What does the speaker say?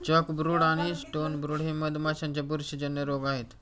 chalkbrood आणि stonebrood हे मधमाशांचे बुरशीजन्य रोग आहेत